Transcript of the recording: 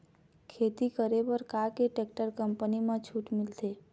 खेती करे बर का टेक्टर कंपनी म छूट मिलथे?